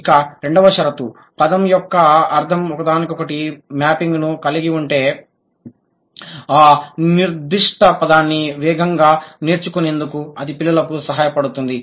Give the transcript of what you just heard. ఇక రెండవ షరతు పదం యొక్క అర్థం ఒకదానికొకటి మ్యాపింగ్ ను కలిగి ఉంటే ఆ నిర్దిష్ట పదాన్ని వేగంగా నేర్చుకునేందుకు అది పిల్లలకు సహాయపడుతుంది